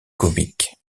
comiques